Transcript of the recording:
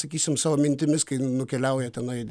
sakysim savo mintimis kaip nukeliaujat tenai